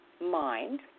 mind